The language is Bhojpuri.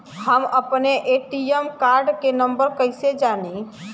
हम अपने ए.टी.एम कार्ड के नंबर कइसे जानी?